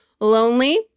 lonely